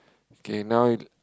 okay now you